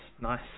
nice